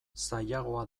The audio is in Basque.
zailagoa